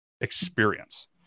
experience